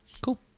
cool